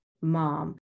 mom